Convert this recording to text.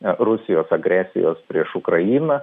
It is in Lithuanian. rusijos agresijos prieš ukrainą